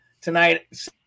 tonight